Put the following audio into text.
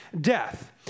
death